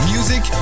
Music